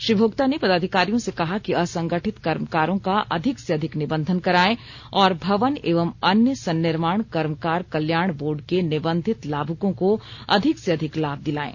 श्री भोक्ता ने पदाधिकारियों से कहा कि असंगठित कर्मकारों का अधिक से अधिक निबंधन करायें और भवन एवं अन्य सन्निर्माण कर्मकार कल्याण बोर्ड के निबंधित लाभुकों को अधिक से अधिक लाभ दिलायें